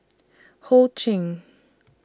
Ho Ching